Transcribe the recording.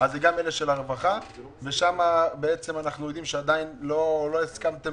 זה אלה של הרווחה ושם אנחנו יודעים שעדיין לא הסכמתם